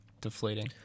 Deflating